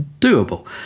doable